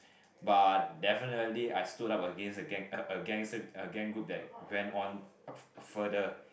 but definitely I stood up against the gang a a a gang group that went on further